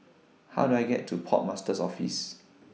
How Do I get to Port Master's Office